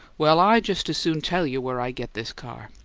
well, i just as soon tell you where i get this car.